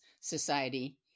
society